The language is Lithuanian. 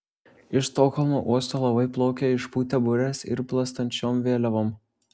iš stokholmo uosto laivai plaukia išpūtę bures ir plastančiom vėliavom